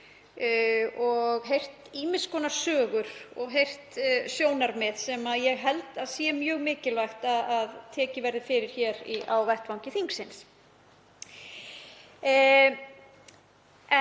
og heyrt ýmiss konar sögur og sjónarmið sem ég held að sé mjög mikilvægt að tekin verði fyrir hér á vettvangi þingsins.